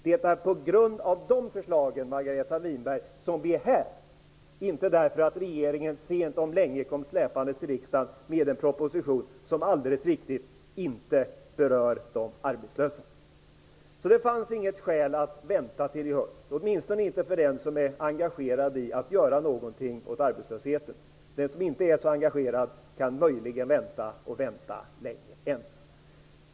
Det är på grund av de förslagen, Margareta Winberg, som vi är här, inte därför att regeringen sent omsider kom släpandes till riksdagen med en proposition som mycket riktigt inte berör de arbetslösa. Det fanns alltså inget skäl att vänta till i höst, åtminstone inte för den som är engagerad för att göra någonting åt arbetslösheten. Den som inte är så engagerad kan möjligen vänta länge än.